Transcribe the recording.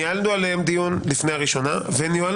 ניהלנו עליהם דיון לפני הקריאה הראשונה -- איזה דיון?